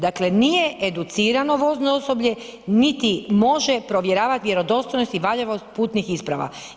Dakle nije educirano vozno osoblje niti može provjeravati vjerodostojnost i valjanost putnih isprava.